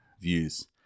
views